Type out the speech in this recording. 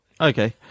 Okay